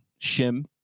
Shim